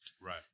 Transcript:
Right